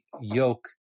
yoke